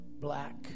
black